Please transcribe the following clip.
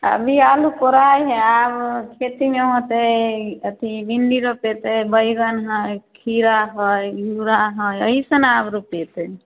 अभी आलू कोराइ हइ आब खेतीमे होतै अथी भिण्डी रोपेतै बैगन खीरा हइ घिउरा हइ इएहसब ने आब रोपेतै